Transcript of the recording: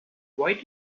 why